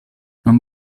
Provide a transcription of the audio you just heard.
non